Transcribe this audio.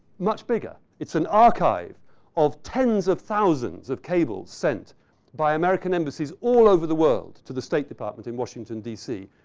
much bigger. it's an archive of tens of thousands of cables sent by american embassies all over the world to the state department in washington, dc.